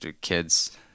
kids